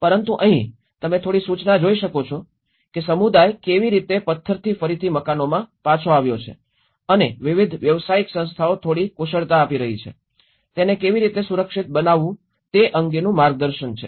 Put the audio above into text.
પરંતુ અહીં તમે થોડી સૂચના જોઈ શકો છો કે સમુદાય કેવી રીતે પથ્થરથી ફરીથી મકાનમાં પાછો આવ્યો છે અને વિવિધ વ્યવસાયિક સંસ્થાઓ થોડી કુશળતા આપી રહી છે તેને કેવી રીતે સુરક્ષિત બનાવવી તે અંગેનું માર્ગદર્શન છે